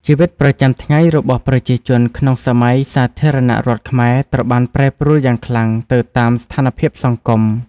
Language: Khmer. ជីវិតប្រចាំថ្ងៃរបស់ប្រជាជនក្នុងសម័យសាធារណរដ្ឋខ្មែរត្រូវបានប្រែប្រួលយ៉ាងខ្លាំងទៅតាមស្ថានភាពសង្គម។